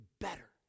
better